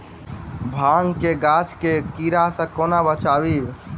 भांग केँ गाछ केँ कीड़ा सऽ कोना बचाबी?